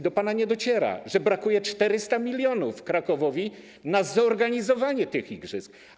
Do pana nie dociera, że brakuje 400 mln Krakowowi na zorganizowanie tych igrzysk.